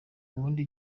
ubundi